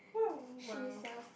no !wow!